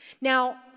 Now